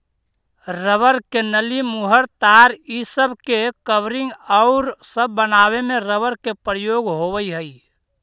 rubber के नली, मुहर, तार इ सब के कवरिंग औउर सब बनावे में रबर के प्रयोग होवऽ हई